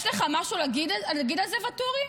יש לך משהו להגיד על זה, ואטורי?